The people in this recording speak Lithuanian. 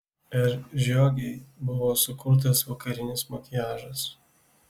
r žiogei buvo sukurtas vakarinis makiažas